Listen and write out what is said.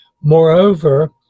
Moreover